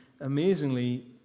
amazingly